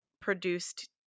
produced